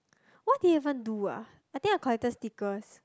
what did even do ah I think I collected stickers